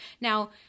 Now